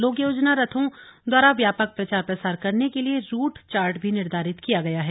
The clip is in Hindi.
लोक योजना रथों द्वारा व्यापक प्रचार प्रसार करने के लिए रूट चार्ट भी निर्धारित किया गया है